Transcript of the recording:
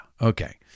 Okay